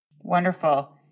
Wonderful